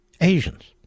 Asians